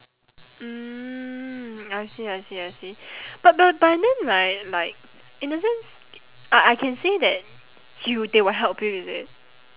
mm I see I see I see but but but then mean right like in a sense I I can say that you they will help you is it